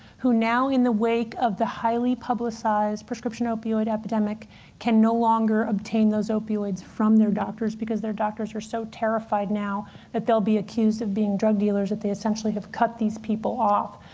who now in the wake of the highly publicized prescription opioid epidemic can no longer obtain those opioids from their doctors, because their doctors are so terrified now that they'll be accused of being drug dealers, that they essentially have cut these people off.